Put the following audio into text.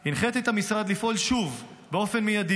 הנחיתי את המשרד לפעול שוב מול האוצר באופן מיידי